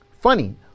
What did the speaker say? Funny